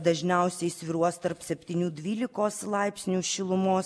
dažniausiai svyruos tarp septynių dvylikos laipsnių šilumos